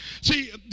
See